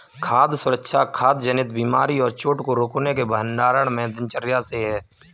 खाद्य सुरक्षा खाद्य जनित बीमारी और चोट को रोकने के भंडारण में दिनचर्या से है